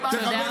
לא, תודה רבה.